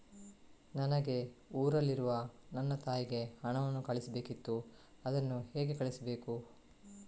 ನನಗೆ ಊರಲ್ಲಿರುವ ನನ್ನ ತಾಯಿಗೆ ಹಣವನ್ನು ಕಳಿಸ್ಬೇಕಿತ್ತು, ಅದನ್ನು ಹೇಗೆ ಕಳಿಸ್ಬೇಕು?